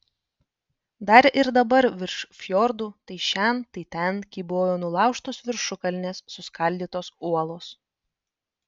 dar ir dabar virš fjordų tai šen tai ten kybojo nulaužtos viršukalnės suskaldytos uolos